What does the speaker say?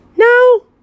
No